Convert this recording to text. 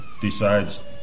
decides